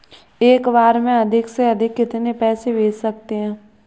एक बार में अधिक से अधिक कितने पैसे भेज सकते हैं?